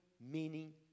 meaning